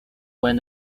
when